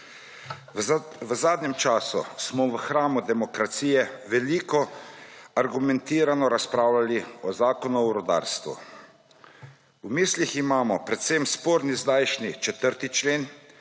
V zadnjem času smo v hramu demokracije veliko argumentirano razpravljali o zakonu o rudarstvu. V mislih imamo predvsem sporni zdajšnji 4. člen,